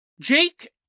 Jake